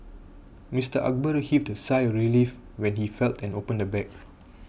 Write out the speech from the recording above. Mister Akbar heaved a sigh of relief when he felt and opened the bag